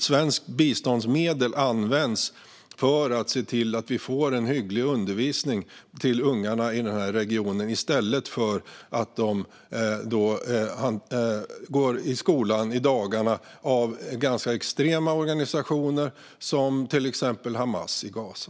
Svenska biståndsmedel används för att se till att det blir en hygglig undervisning för ungarna i den regionen i stället för att de på dagarna går i skolan hos ganska extrema organisationer, till exempel Hamas i Gaza.